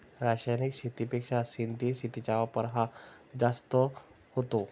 रासायनिक शेतीपेक्षा सेंद्रिय शेतीचा वापर हा जास्त होतो